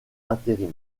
intérim